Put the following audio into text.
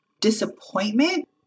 disappointment